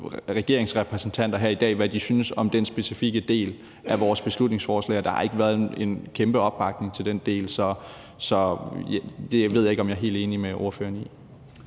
regeringsrepræsentanterne her i dag, hvad de synes om den specifikke del af vores beslutningsforslag, og der har ikke været en kæmpe opbakning til den del. Så det ved jeg ikke om jeg er helt enig med ordføreren i.